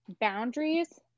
boundaries